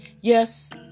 Yes